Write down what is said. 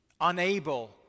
unable